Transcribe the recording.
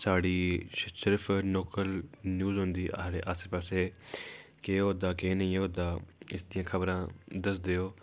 साढ़ी सिर्फ local news औंदी साढ़ै आसै पासै केह् होआ दा केह् नेईं होआ दा इक इक दियां खबरां दसदे ओ